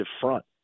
front